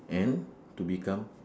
and to become